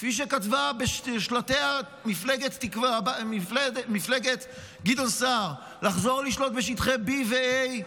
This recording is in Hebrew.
כפי שכתבה בשלטיה מפלגת גדעון סער, בשטחי B ו-A,